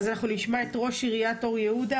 אז אנחנו נשמע את ראש עיריית אור יהודה,